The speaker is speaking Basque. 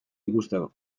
ikusteko